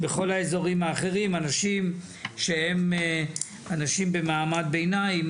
בכל האזורים האחרים אנשים שהם אנשים במעמד ביניים,